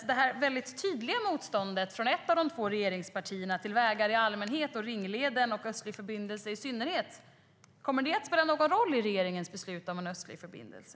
Kommer det väldigt tydliga motståndet från ett av de två regeringspartierna mot vägar i allmänhet och ringleden och en östlig förbindelse i synnerhet att spela någon roll i regeringens beslut om en östlig förbindelse?